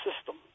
system